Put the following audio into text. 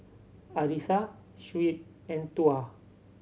Arissa Shuib and Tuah